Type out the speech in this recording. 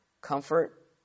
Comfort